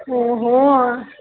ओ हो